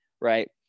Right